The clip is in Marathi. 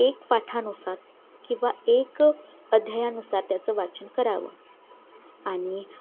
एक पाठानुसार किंवा एक अध्यायानुसार त्याचं वाचन करावं आणि